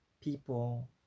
people